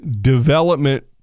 development